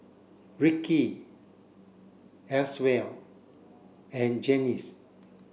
Ricky Eswell and Janis